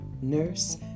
nurse